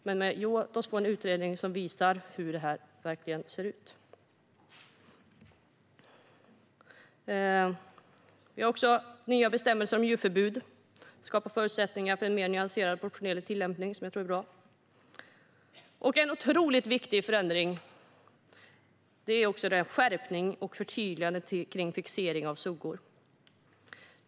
Men en utredning får visa hur detta verkligen ser ut. Vi har också nya bestämmelser om djurförbud, så att det kan skapas förutsättningar för en mer nyanserad och proportionerlig tillämpning. Det tror jag är bra. En otroligt viktig förändring är en skärpning och ett förtydligande när det gäller fixering av suggor.